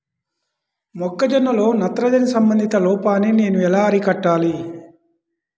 మొక్క జొన్నలో నత్రజని సంబంధిత లోపాన్ని నేను ఎలా అరికట్టాలి?